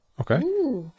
Okay